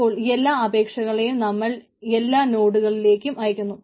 അപ്പോൾ എല്ലാ അപേക്ഷകളെയും നമ്മൾ എല്ലാ നോടുകളിലേക്കും അയക്കുന്നു